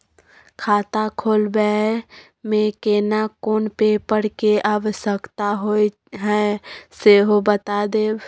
खाता खोलैबय में केना कोन पेपर के आवश्यकता होए हैं सेहो बता देब?